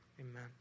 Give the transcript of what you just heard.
amen